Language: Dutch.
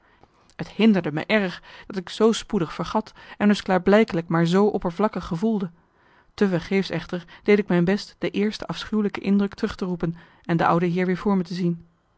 het hinderde me erg dat ik zoo spoedig vergat en dus klaarblijkelijk maar zoo oppervlakkig gevoelde te vergeefs echter deed ik mijn best de eerste afschuwelijke indruk terug te roepen en de oude heer weer voor me te zien